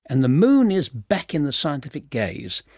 and the moon is back in the scientific gaze.